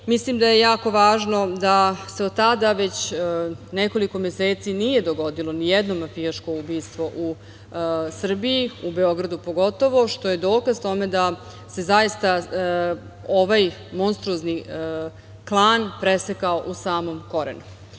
temi. Mislim da je jako važno da se od tada već nekoliko meseci nije dogodilo nijedno mafijaško ubistvo u Srbiji, u Beogradu pogotovo, što je dokaz tome da se zaista ovaj monstruozni klan presekao u samom korenu